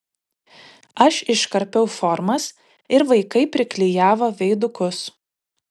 aš iškarpiau formas ir vaikai priklijavo veidukus